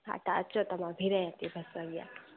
हा तव्हां अचो त मां बिहु रहियां थी बसि अॻियां